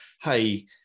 hey